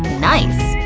nice!